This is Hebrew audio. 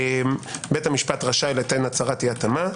בית המשפט רשאי ליתן הצהרת אי התאמה.